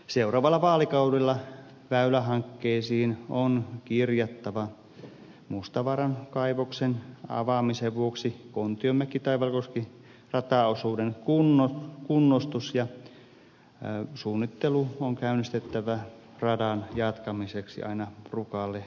seuraavalla vaalikaudella väylähankkeisiin on kirjattava mustavaaran kaivoksen avaamisen vuoksi kontiomäkitaivalkoski rataosuuden kunnostus ja suunnittelu on käynnistettävä radan jatkamiseksi aina rukalle saakka